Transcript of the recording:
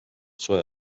soe